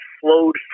flowed